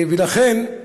ולכן,